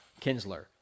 Kinsler